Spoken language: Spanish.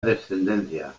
descendencia